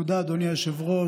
תודה, אדוני היושב-ראש.